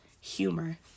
Humor